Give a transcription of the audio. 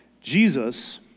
Jesus